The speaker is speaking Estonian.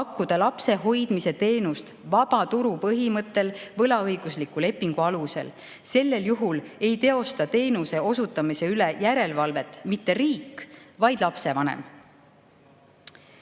pakkuda lapsehoidmise teenust vabaturu põhimõttel võlaõigusliku lepingu alusel. Sellisel juhul ei tee teenuse osutamise üle järelevalvet mitte riik, vaid lapsevanem.